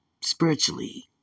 spiritually